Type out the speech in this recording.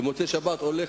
במוצאי-שבת הולך,